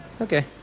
Okay